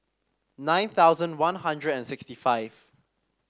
nine thousand One Hundred and sixty five